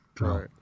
Right